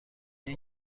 این